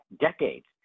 decades